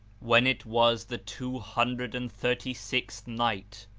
when it was the two hundred and thirty-sixth night,